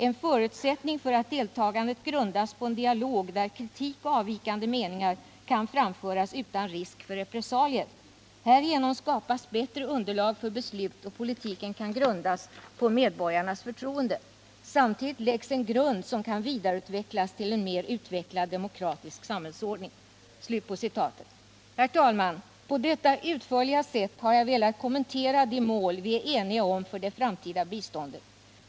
En förutsättning är att deltagandet grundas på en dialog där kritik och avvikande meningar kan framföras utan risk för repressalier. Härigenom skapas bättre underlag för beslut och politiken kan grundas på medborgarnas förtroende. Samtidigt läggs en grund som kan vidareutvecklas till en mer utvecklad demokratisk samhällsordning.” Herr talman! På detta utförliga sätt har jag velat kommentera de mål vi är eniga om för det framtida biståndet.